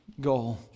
goal